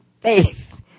faith